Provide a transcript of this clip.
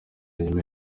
nyuma